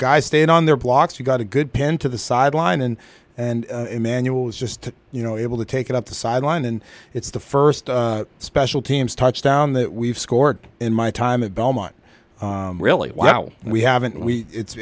guys stand on their blocks you got a good pen to the sideline and and emanuel is just you know able to take it up the sideline and it's the first special teams touchdown that we've scored in my time at belmont really well and we haven't we it's